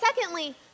secondly